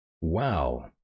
Wow